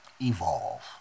evolve